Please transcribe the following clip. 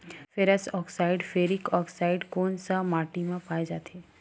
Ferrous oxide व ferric oxide कोन सा माटी म पाय जाथे?